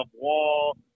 wall